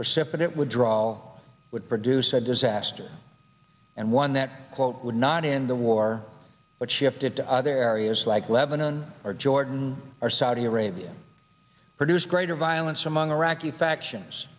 would drawl would produce a disaster and one that quote would not end the war but shifted to other areas like lebanon or jordan or saudi arabia produce greater violence among iraqi factions